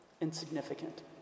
Insignificant